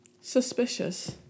suspicious